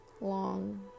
long